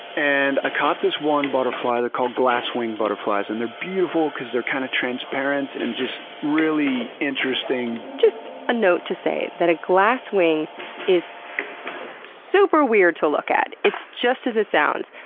and a caught this one butterfly. they're called glasswing butterflies and they're beautiful because they're kind of transparent and just really interesting. just a note to say that a glasswing is super weird to look at. it's just as it sounds.